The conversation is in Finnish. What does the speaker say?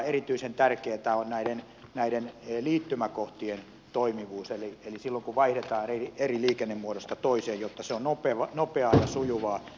erityisen tärkeätä on näiden liittymäkohtien toimivuus jotta silloin kun vaihdetaan liikennemuodosta toiseen se on nopeaa ja sujuvaa